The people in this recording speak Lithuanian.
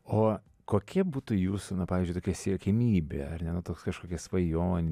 o kokia būtų jūsų na pavyzdžiui tokia siekiamybė ar ne toks kažkokia svajonė